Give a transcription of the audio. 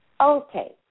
Okay